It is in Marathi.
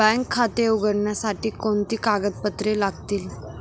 बँक खाते उघडण्यासाठी कोणती कागदपत्रे लागतील?